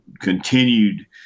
continued